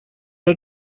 are